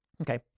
Okay